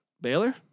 Baylor